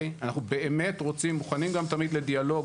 אנחנו מוכנים גם תמיד לדיאלוג.